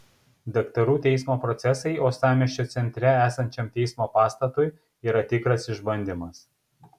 daktarų teismo procesai uostamiesčio centre esančiam teismo pastatui yra tikras išbandymas